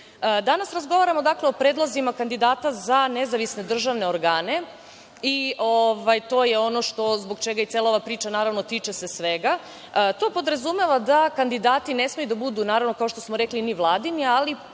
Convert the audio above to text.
suoči. Danas razgovaramo o predlozima kandidata za nezavisne državne organe, i to je ono zbog čega se ova cela priča tiče svega. To podrazumeva da kandidati ne smeju da budu, kao što smo rekli, ni vladini, ali